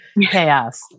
chaos